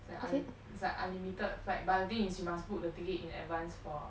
it's like u~ it's like unlimited flight but the thing is you must book the ticket in advance for